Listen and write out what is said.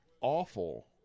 awful